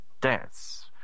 dance